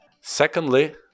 Secondly